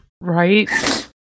right